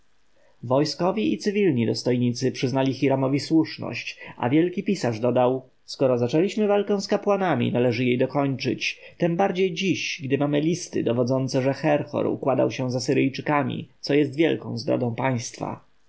wojskowi i cywilni dostojnicy przyznali hiramowi słuszność a wielki pisarz dodał skoro zaczęliśmy walkę z kapłanami należy jej dokończyć tem bardziej dziś gdy mamy listy dowodzące że herhor układał się z asyryjczykami co jest wielką zdradą państwa